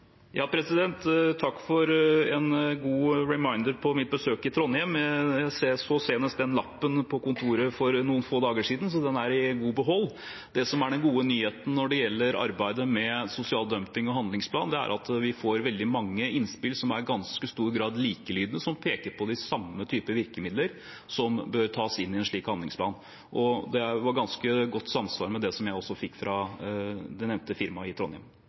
Takk for en god påminnelse om mitt besøk i Trondheim. Jeg så senest den lappen på kontoret for noen få dager siden, så den er i god behold. Det som er den gode nyheten når det gjelder arbeidet med sosial dumping og handlingsplanen, er at vi får veldig mange innspill som i ganske stor grad er likelydende, og som peker på de samme type virkemidler som bør tas inn i en slik handlingsplan. Det var ganske godt samsvar med det jeg også fikk fra det nevnte firmaet i Trondheim.